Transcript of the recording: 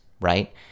right